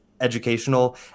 educational